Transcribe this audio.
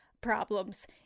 problems